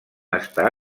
estar